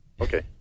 Okay